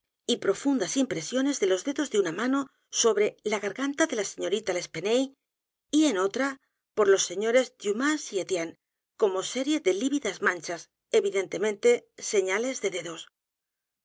y profundas impresiones de los dedos de una mano sobre la garganta de la señorita l'espanaye y edgar poe novelas y cuentos en otra por los sres dumas y etienne como serie de lívidas manchas evidentemente señales de dedos